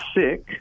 sick